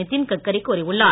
நிதின் கட்கரி கூறியுள்ளார்